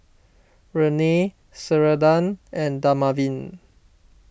Rene Ceradan and Dermaveen